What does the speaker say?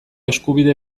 eskubide